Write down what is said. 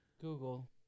Google